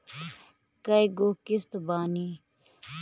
कय गो किस्त बानी?